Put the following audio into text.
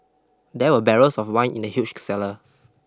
there were barrels of wine in the huge cellar